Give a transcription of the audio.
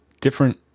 different